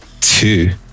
two